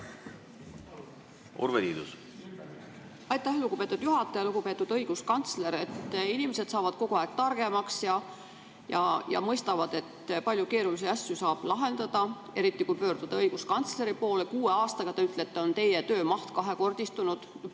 Urve Tiidus. Aitäh, lugupeetud juhataja! Lugupeetud õiguskantsler! Inimesed saavad kogu aeg targemaks ja mõistavad, et palju keerulisi asju saab lahendada, eriti kui pöörduda õiguskantsleri poole. Kuue aastaga, te ütlete, on teie töömaht kahekordistunud,